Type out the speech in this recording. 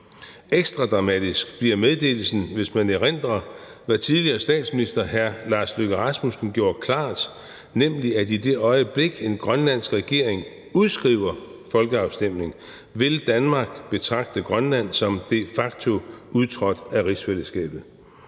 Ekstra dramatisk bliver meddelelsen, hvis man erindrer, hvad tidligere statsminister hr. Lars Løkke Rasmussen gjorde klart, nemlig at i det øjeblik, en grønlandsk regering udskriver en folkeafstemning, vil Danmark betragte Grønland som de facto udtrådt af rigsfællesskabet.